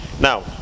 Now